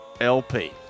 LP